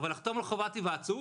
אבל לחתום על חובת היוועצות,